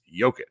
Jokic